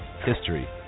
history